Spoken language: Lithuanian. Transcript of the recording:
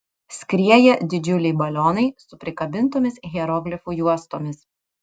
skrieja didžiuliai balionai su prikabintomis hieroglifų juostomis